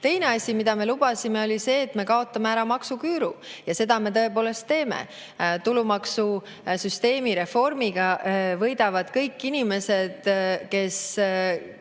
asi, mida me lubasime, oli see, et me kaotame ära maksuküüru. Seda me tõepoolest teeme. Tulumaksusüsteemi reformiga võidavad kõik inimesed, kelle